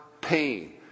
pain